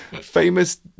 Famous